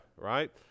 Right